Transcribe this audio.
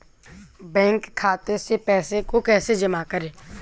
Bank खाते से पैसे को कैसे जमा करें?